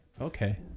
Okay